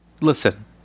Listen